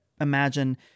imagine